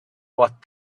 what